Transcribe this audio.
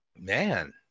man